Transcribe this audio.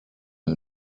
who